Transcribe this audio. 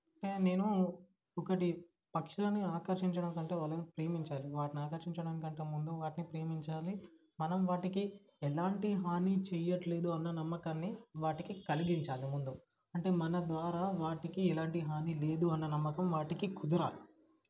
నేను ఒకటి పక్షులని ఆకర్షించడం కంటే వాళ్ళని ప్రేమించాలి వాటిని ఆకర్షించడం కంటే ముందు వాటిని ప్రేమించాలి మనం వాటికి ఎలాంటి హాని చెయ్యట్లేదు అన్న నమ్మకాన్ని వాటికి కలిగించాలి ముందు అంటే మన ద్వారా వాటికి ఎలాంటి హాని లేదు అన్న నమ్మకం వాటికి కుదరాలి